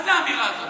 מה זה האמירה הזאת?